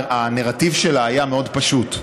הנרטיב שלה היה מאוד פשוט.